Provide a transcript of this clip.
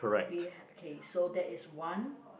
do you have okay so that is one